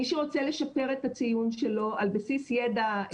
מי שרוצה לשפר את הציון שלו על בסיס ידע דיסציפלינארי נוסף,